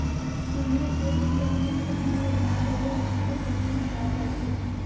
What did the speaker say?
किन्नी ए कीरा मुख्य ढंग ले गाय गरुवा मन के सरीर म पाय जाथे